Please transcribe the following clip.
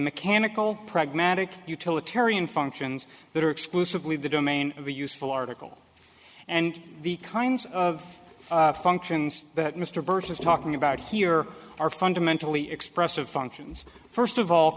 mechanical pragmatic utilitarian functions that are exclusively the domain of a useful article and the kinds of functions that mr burke is talking about here are fundamentally expressive functions first of all